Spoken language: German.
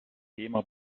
thema